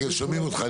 שומעים אותך,